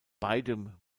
beidem